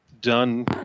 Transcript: done